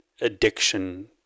addiction